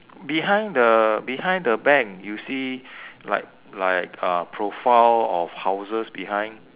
behind the behind the bank you see like like a profile of houses behind